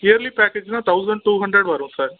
yearly பேக்கேஜ்னா thousand two hundred வரும் sir